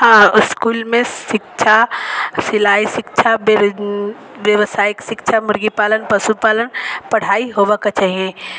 आ इसकुलमे शिक्षा सिलाई शिक्षा व्यावसायिक शिक्षा मुर्गी पालन पशुपालन पढ़ाइ होबऽ के चाही